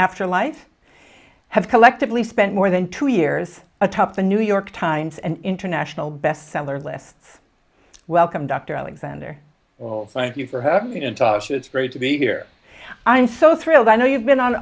afterlife have collectively spent more than two years atop the new york times and international bestseller lists welcome dr alexander well thank you for having a talk show it's great to be here i'm so thrilled i know you've been on